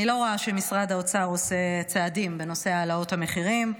אני לא רואה שמשרד האוצר עושה צעדים בנושא העלאות המחירים,